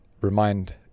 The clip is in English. remind